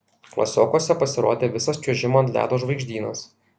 klasiokuose pasirodė visas čiuožimo ant ledo žvaigždynas